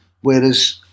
Whereas